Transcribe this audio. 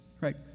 right